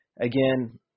Again